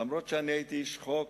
אף-על-פי שהייתי איש חוק,